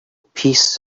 peace